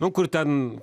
nu kur ten